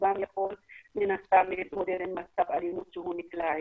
רובם יכול גם מן הסתם להתמודד עם מצב אלימות שהוא נקלע אליו.